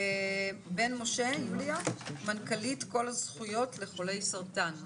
יוליה בן משה, מנכ"ל קול הזכויות לחולי סרטן.